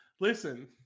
Listen